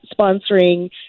sponsoring